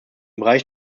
bereich